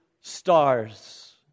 stars